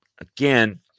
again